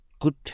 good